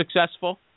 successful